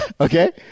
Okay